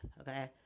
okay